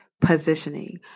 positioning